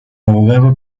abogado